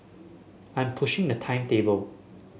I am pushing the timetable